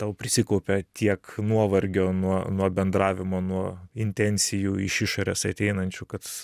tau prisikaupė tiek nuovargio nuo nuo bendravimo nuo intencijų iš išorės ateinančių kad